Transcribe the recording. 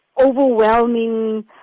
overwhelming